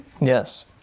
Yes